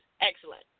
excellent